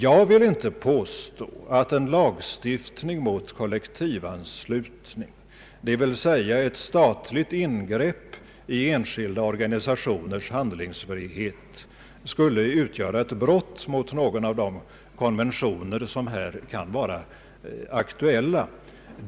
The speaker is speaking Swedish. Jag vill inte påstå att en lagstiftning mot kollektivanslutning, d.v.s. ett statligt ingrepp i enskilda organisationers handlingsfrihet, skulle utgöra ett brott mot någon av de konventioner som här kan vara aktuella.